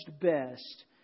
best